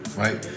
right